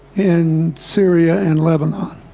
in syria and lebanon